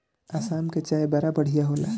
आसाम के चाय बड़ा बढ़िया होला